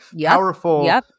Powerful